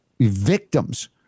victims